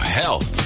health